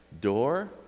door